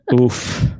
Oof